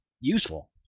useful